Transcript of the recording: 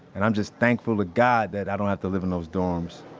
and i'm just thankful to god that i don't have to live in those dorms